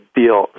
deal